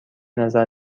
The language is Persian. نظر